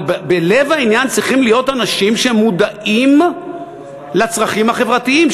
אבל בלב העניין צריכים להיות אנשים שמודעים לצרכים החברתיים,